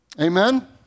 Amen